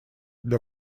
для